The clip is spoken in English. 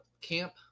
camp